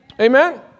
Amen